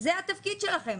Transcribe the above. זה התפקיד שלכם.